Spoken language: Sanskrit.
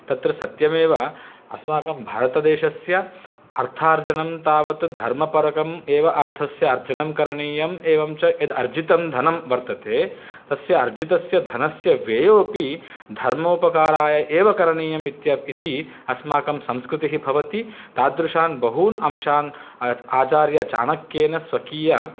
तत्र सत्यमेव अस्माकं भारतदेशस्य अर्थार्जनं तावत् धर्मपरकम् एव अर्थस्य अर्जनं करणीयम् एवं च यद् अर्जितं धनं वर्तते तस्य अर्जितस्य धनस्य व्ययोऽपि धर्मोपकाराय एव करणीयमित्य इति अस्माकं संस्कृतिः भवति तादृशान् बहून् अंशान् आचार्यचाणक्येन स्वकीय